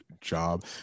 job